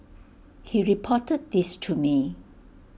he reported this to me